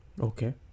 Okay